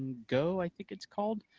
and go, i think it's called,